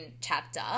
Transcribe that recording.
chapter